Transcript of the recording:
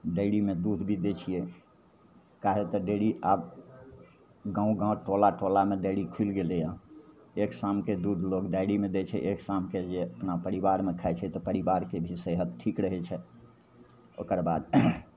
डेअरीमे दूध भी दै छिए काहे तऽ डेअरी आब गाम गाम टोला टोलामे डेअरी खुलि गेलैए एक शामके दूध लोक डेअरीमे दै छै एक शामके जे अपना परिवारमे खाइ छै तऽ परिवारके भी सेहत ठीक रहै छै ओकर बाद